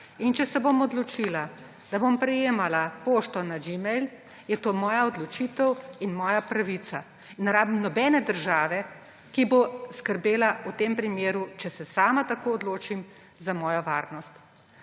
če se bom odločila, da bom prejemala pošto na gmail, je to moja odločitev in moja pravica. Ne rabim nobene države, ki bo v tem primeru, če se sama tako odločim, skrbela za mojo varnost.